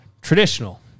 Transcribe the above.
traditional